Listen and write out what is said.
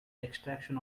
extraction